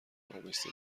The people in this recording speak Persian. آرامش